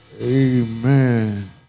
Amen